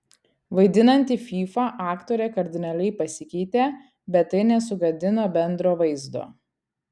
vaidinanti fyfą aktorė kardinaliai pasikeitė bet tai nesugadino bendro vaizdo